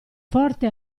forte